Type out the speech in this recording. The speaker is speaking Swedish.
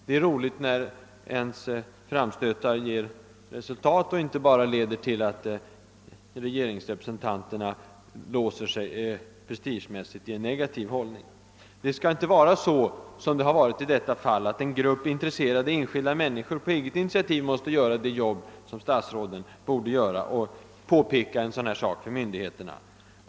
Det är roligt när ens framstötar ger resultat och inte bara leder till att regeringsrepresentanterna <prestigemässigt låser sig i en negativ hållning. Det borde inte behöva vara så, som det varit i detta fall, att en grupp intresserade enskilda människor på eget initiativ måste göra det jobb som statsråden borde göra, och påpeka missförhållandena för myndigheterna.